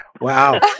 Wow